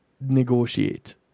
negotiate